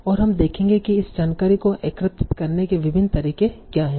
और हम देखेंगे कि इस जानकारी को एकत्रित करने के विभिन्न तरीके क्या हैं